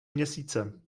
měsíce